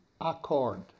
accord